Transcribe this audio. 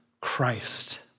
Christ